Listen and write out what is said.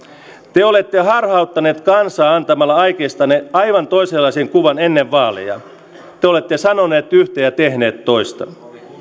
te olette harhauttaneet kansaa antamalla aikeistanne aivan toisenlaisen kuvan ennen vaaleja te te olette sanoneet yhtä ja tehneet toista